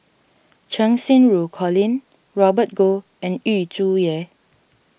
Cheng Xinru Colin Robert Goh and Yu Zhuye